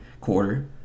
quarter